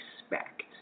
expect